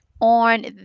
on